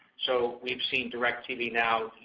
so we've seen directv now,